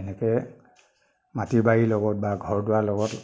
এনেকৈ মাটি বাৰী লগত বা ঘৰ দুৱা লগত